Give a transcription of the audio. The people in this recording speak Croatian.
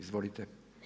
Izvolite.